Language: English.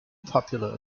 popular